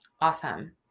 Awesome